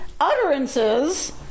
utterances